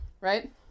Right